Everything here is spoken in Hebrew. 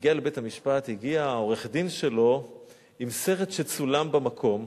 הגיע לבית-המשפט העורך-הדין שלו עם סרט שצולם במקום,